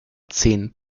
zehn